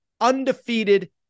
undefeated